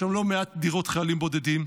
יש שם לא מעט דירות חיילים בודדים,